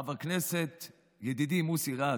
חבר הכנסת ידידי מוסי רז,